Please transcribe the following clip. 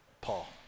Paul